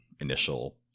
initial